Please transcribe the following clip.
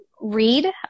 read